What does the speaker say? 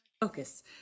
focus